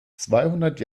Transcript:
zweihundert